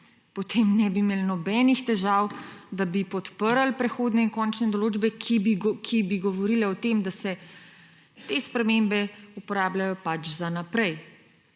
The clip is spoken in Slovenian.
potem ne bi imeli nobenih težav, da bi podprli prehodne in končne določbe, ki bi govorile o tem, da se te spremembe uporabljajo za naprej.